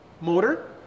motor